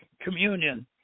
communion